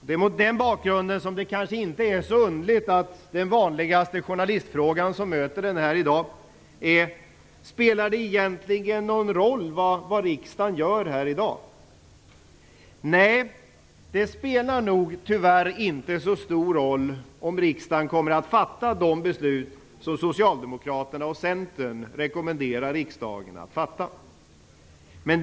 Det är mot den bakgrunden som det kanske inte är så underligt att den vanligaste journalistfrågan som möter en här i dag är: Spelar det egentligen någon roll vad riksdagen gör här i dag? Nej, det spelar nog tyvärr inte så stor roll om riksdagen kommer att fatta de beslut som Socialdemokraterna och Centern rekommenderar riksdagen att fatta. Fru talman!